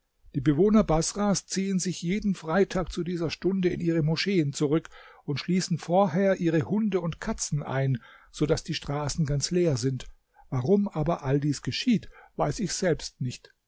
die bewohner baßrahs ziehen sich jeden freitag zu dieser stunde in ihre moscheen zurück und schließen vorher ihre hunde und katzen ein so daß die straßen ganz leer sind warum aber all dies geschieht weiß ich selbst nicht